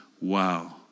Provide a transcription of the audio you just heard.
wow